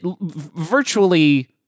virtually